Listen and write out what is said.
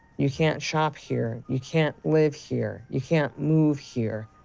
you can't shop here. you can't live here. you can't move here.